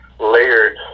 Layered